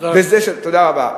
תודה רבה.